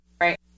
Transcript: Right